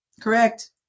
Correct